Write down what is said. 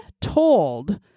told